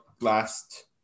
last